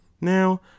now